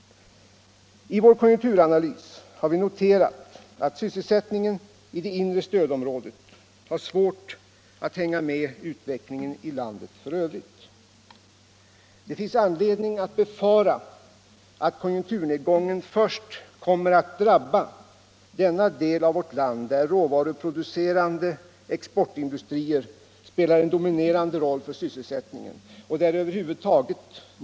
I vår konjunkturanalys har vi noterat att sysselsättningen i det inre stödområdet har svårt att hänga med utvecklingen i landet för övrigt. Det finns anledning att befara att konjunkturnedgången först kommer att drabba denna del av vårt land, där råvaruproducerande exportindustrier spelar en dominerande roll för sysselsättningen.